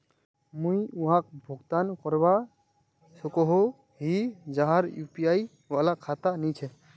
मुई वहाक भुगतान करवा सकोहो ही जहार यु.पी.आई वाला खाता नी छे?